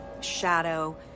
shadow